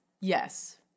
yes